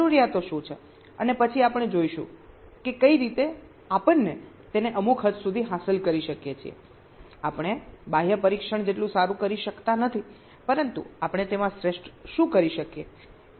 જરૂરિયાતો શું છે અને પછી આપણે જોઈશું કે કઈ રીતે આપણે તેને અમુક હદ સુધી હાંસલ કરી શકીએ છીએ આપણે બાહ્ય પરીક્ષણ જેટલું સારું કરી શકતા નથી પરંતુ આપણે તેમાં શ્રેષ્ઠ શું કરી શકીએ એ જોઈએ